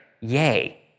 Yay